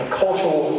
cultural